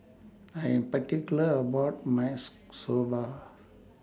I Am particular about My Soba